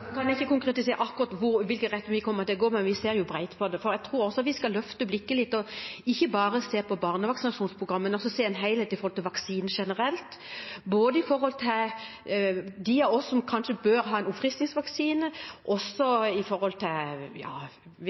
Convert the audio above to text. Jeg kan ikke si konkret akkurat hvilken retning vi kommer til å gå, men vi ser jo bredt på det. Jeg tror vi skal løfte blikket litt og ikke bare se på barnevaksinasjonsprogrammet, men se på vaksiner generelt, som en helhet, både for de av oss som kanskje bør ha en oppfriskningsvaksine, og så